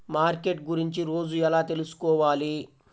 Market గురించి రోజు ఎలా తెలుసుకోవాలి?